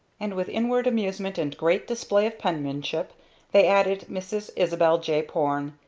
and with inward amusement and great display of penmanship they added mrs. isabel j. porne,